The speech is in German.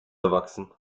erwachsen